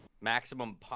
maximum